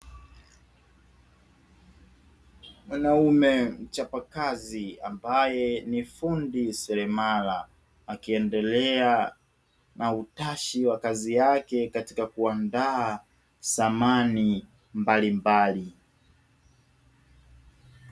Mwanaume mchapakazi ambaye ni fundi seremala, akiendelea na utashi wa kazi yake. katika kuandaa samani mbalimbali.